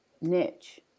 niche